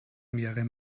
mehrere